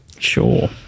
Sure